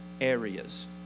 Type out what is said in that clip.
areas